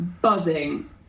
buzzing